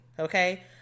Okay